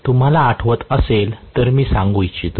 तुम्हाला आठवत असेल तर मी सांगू इच्छितो